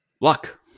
luck